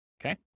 okay